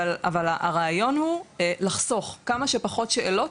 אבל הרעיון הוא לחסוך, כמה שפחות שאלות,